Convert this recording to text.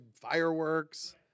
fireworks